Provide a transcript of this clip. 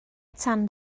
tan